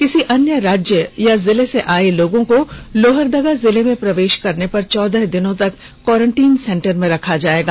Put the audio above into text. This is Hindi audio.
किर्सी अन्य राज्य या जिलों से आये लोगों को लोहरदगा जिलों में प्रवेश करने पर चौदह दिनों तक क्वारन्टीन सेंटर में रखा जायेगा